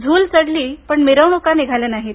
झूल चढली पण मिरवणूका निघाल्या नाहीत